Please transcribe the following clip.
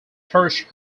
thrush